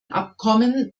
abkommen